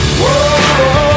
whoa